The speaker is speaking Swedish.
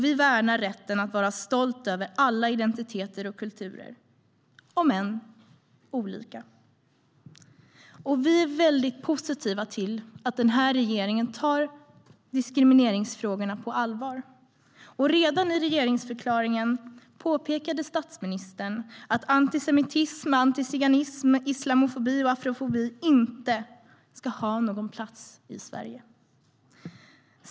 Vi värnar rätten att vara stolt över alla identiteter och kulturer, även om de är olika, och vi är väldigt positiva till att den här regeringen tar diskrimineringsfrågorna på allvar. Redan i regeringsförklaringen påpekade statsministern att antisemitism, antiziganism, islamofobi och afrofobi inte ska ha någon plats i Sverige.